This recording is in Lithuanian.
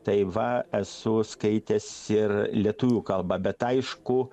tai va esu skaitęs ir lietuvių kalba bet aišku